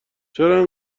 چرا